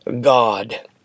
God